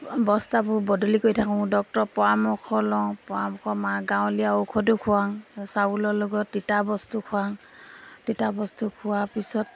বস্তাবোৰ বদলি কৰি থাকোঁ ডাক্তৰৰ পৰামৰ্শ লওঁ পৰামৰ্শ গাঁৱলীয়া ঔষধো খোৱাওঁ চাউলৰ লগত তিতা বস্তু খোৱাওঁ তিতা বস্তু খুওৱাৰ পিছত